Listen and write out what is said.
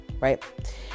Right